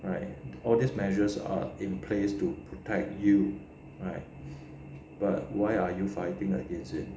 like all these measures are in place to protect you like but why are you fighting against it